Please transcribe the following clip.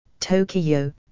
Tokyo